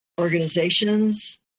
organizations